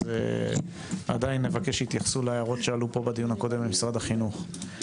אז עדיין נבקש שיתייחסו להערות שעלו פה בדיון הקודם למשרד החינוך.